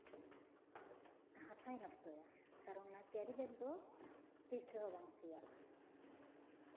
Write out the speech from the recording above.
ᱦᱟᱥᱟᱭ ᱱᱚᱥᱴᱚᱭᱟ ᱠᱟᱨᱚᱱ ᱚᱱᱟ ᱠᱮᱨᱤᱵᱮᱜᱽ ᱫᱚ ᱛᱤᱥ ᱨᱮᱦᱚᱸ ᱵᱟᱝ ᱥᱮᱭᱟᱜᱼᱟ